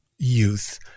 youth